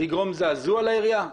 זה יגרום זעזוע לעירייה?